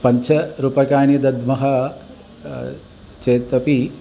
पञ्च रूप्यकाणि दद्मः चेत् अपि